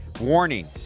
Warning